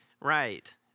Right